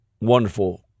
wonderful